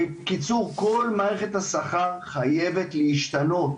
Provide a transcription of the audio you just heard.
בקיצור, כל מערכת השכר חייבת להשתנות.